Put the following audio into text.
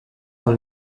dans